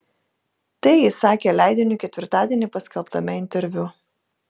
tai jis sakė leidiniui ketvirtadienį paskelbtame interviu